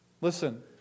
listen